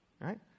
Right